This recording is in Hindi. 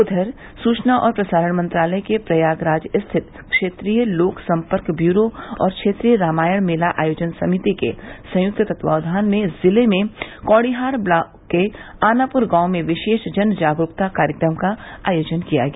उधर सूचना और प्रसारण मंत्रालय के प्रयागराज स्थित क्षेत्रीय लोक सम्पर्क ब्यूरो और क्षेत्रीय रामायण मेला आयोजन समिति के संयक्त तत्वाधान में जिले में कौडिहार ब्लाक के आनापर गाँव में विशेष जन जागरूकता कार्यक्रम का आयेाजन किया गया